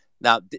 Now